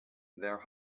their